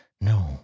No